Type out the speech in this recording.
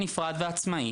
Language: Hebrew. נפרד ועצמאי.